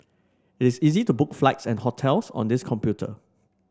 it's easy to book flights and hotels on this computer